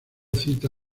cita